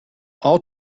all